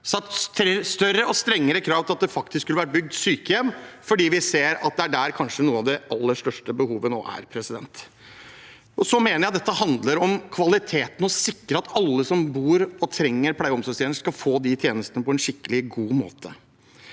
satt større og strengere krav til at det faktisk skulle vært bygd sykehjem, for vi ser at det er der kanskje noe av det aller største behovet nå er. Jeg mener dette handler om kvaliteten og å sikre at alle som trenger pleie- og omsorgstjenester, skal få de tjenestene på en skikkelig, god måte.